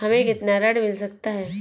हमें कितना ऋण मिल सकता है?